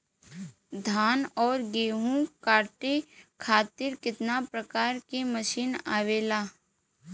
धान और गेहूँ कांटे खातीर कितना प्रकार के मशीन आवेला?